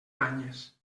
banyes